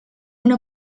una